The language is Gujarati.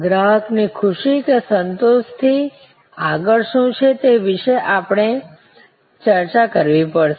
ગ્રાહકની ખુશી કે સંતોષથી આગળ શું છે તે વિશે પણ આપણે ચર્ચા કરવી પડશે